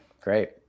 Great